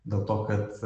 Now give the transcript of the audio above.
dėl to kad